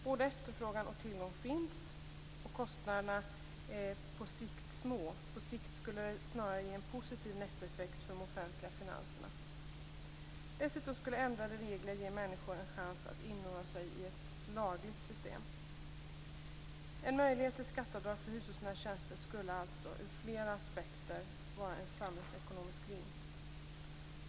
Både efterfrågan och tillgång finns, och kostnaderna är små på sikt - det skulle snarare ge en positiv nettoeffekt för de offentliga finanserna. Dessutom skulle ändrade regler ge människor en chans att inordna sig i ett lagligt system. En möjlighet till skatteavdrag för hushållsnära tjänster skulle alltså ur flera aspekter vara en samhällsekonomisk vinst.